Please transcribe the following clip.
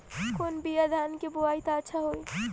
कौन बिया धान के बोआई त अच्छा होई?